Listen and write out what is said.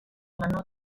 menor